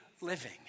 living